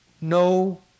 no